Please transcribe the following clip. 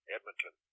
Edmonton